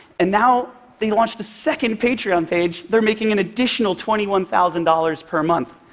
and now they launched a second patreon page they're making an additional twenty one thousand dollars per month.